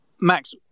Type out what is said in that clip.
max